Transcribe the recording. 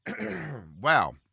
Wow